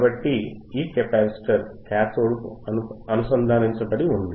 కాబట్టి ఈ కెపాసిటర్ కాథోడ్కు అనుసంధానించబడి ఉంది